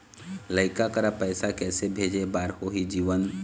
लइका करा पैसा किसे भेजे बार होही जीवन